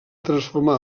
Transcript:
transformar